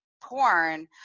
porn